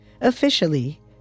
Officially